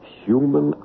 human